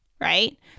right